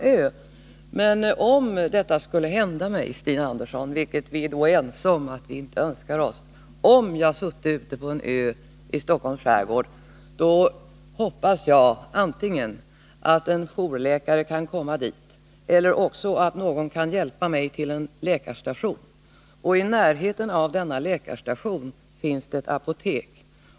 Men, Stina Andersson, om detta skulle hända mig ute på en ö i Stockholms skärgård — vilket vi är ense om att vi inte önskar— hoppas jag antingen att en jourläkare kan komma dit eller också att någon kan hjälpa mig till en läkarstation. I närheten av denna läkarstation finns ett apotek.